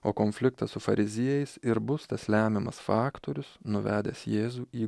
o konfliktas su fariziejais ir bus tas lemiamas faktorius nuvedęs jėzų į